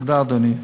תודה, אדוני.